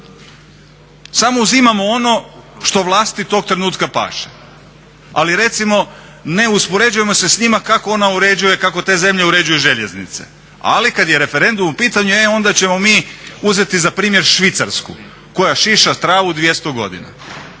Samo uzimamo ono što vlasti tog trenutka paše. Ali recimo ne uspoređujemo se s njima kako te zemlje uređuju željeznice. Ali kad je referendum u pitanju e onda ćemo mi uzeti za primjer Švicarsku koja šiša travu 200 godina.